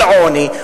על עוני,